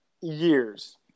years